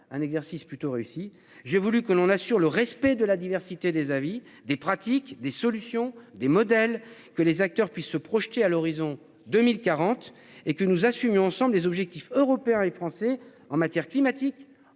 un exercice plutôt réussi. J'ai voulu que l'on a sur le respect de la diversité des avis des pratiques des solutions des modèles que les acteurs puissent se projeter à l'horizon 2040 et que nous assumions ensemble des objectifs européens et français en matière climatique